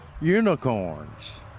unicorns